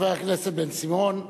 חבר הכנסת בן-סימון,